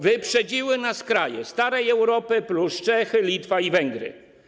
Wyprzedziły nas kraje starej Europy plus Czechy, Litwa i Węgry.